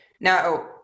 Now